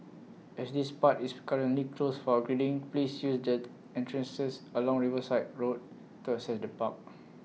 as this part is currently closed for upgrading please use the entrances along Riverside road to access the park